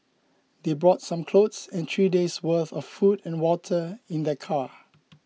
they brought some clothes and three days' worth of food and water in their car